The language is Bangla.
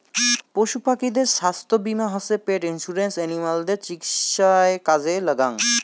পশু পাখিদের ছাস্থ্য বীমা হসে পেট ইন্সুরেন্স এনিমালদের চিকিৎসায় কাজে লাগ্যাঙ